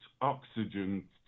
oxygen